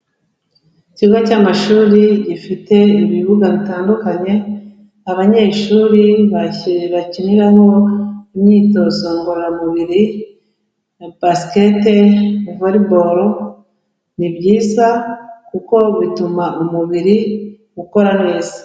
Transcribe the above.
Ikigo cy'amashuri gifite ibibuga bitandukanye abanyeshuri bakiniraho imyitozo ngororamubiri nka basike, volleyball, ni byiza kuko bituma umubiri ukora neza.